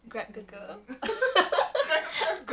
a'ah so I macam ah my dreams